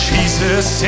Jesus